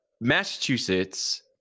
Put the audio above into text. Massachusetts